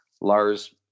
Lars